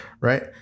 right